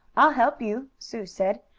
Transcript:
i'll help you, sue said.